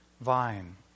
vine